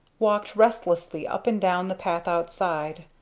walked restlessly up and down the path outside,